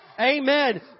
Amen